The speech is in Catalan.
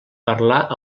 parlar